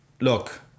look